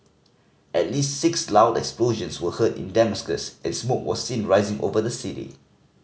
at least six loud explosions were heard in Damascus and smoke was seen rising over the city